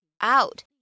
out